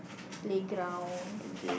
playground